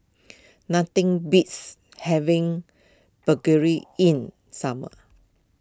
nothing beats having buggery in summer